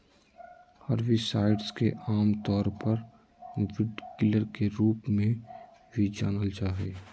herbicides के आमतौर पर वीडकिलर के रूप में भी जानल जा हइ